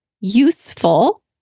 useful